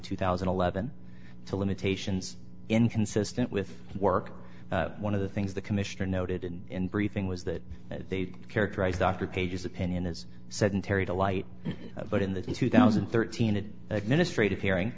two thousand and eleven to limitations inconsistent with work one of the things the commissioner noted in briefing was that they characterize dr page's opinion as sedentary delight but in that in two thousand and thirteen an administrative hearing